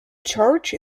church